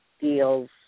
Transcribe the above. deals